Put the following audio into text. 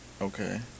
Okay